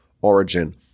origin